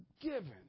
given